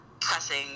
pressing